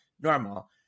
normal